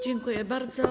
Dziękuję bardzo.